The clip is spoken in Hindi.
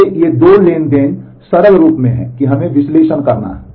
इसलिए ये दो ट्रांज़ैक्शन सरल रूप में हैं कि हम विश्लेषण करना है